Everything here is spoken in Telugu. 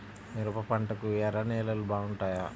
మిరప పంటకు ఎర్ర నేలలు బాగుంటాయా?